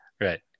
Right